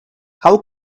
how